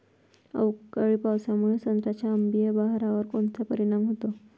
अवकाळी पावसामुळे संत्र्याच्या अंबीया बहारावर कोनचा परिणाम होतो?